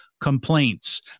complaints